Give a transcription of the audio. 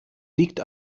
liegt